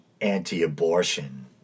anti-abortion